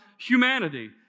Humanity